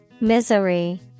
Misery